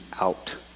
out